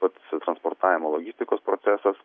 pats transportavimo logistikos procesas